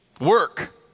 work